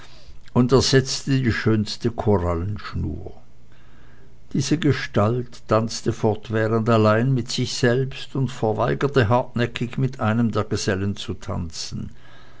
und ersetzte die schönste korallenschnur diese gestalt tanzte fortwährend allein mit sich selbst und verweigerte hartnäckig mit einem der gesellen zu tanzen